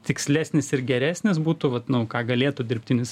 tikslesnis ir geresnis būtų vat nu ką galėtų dirbtinis